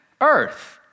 Earth